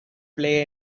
play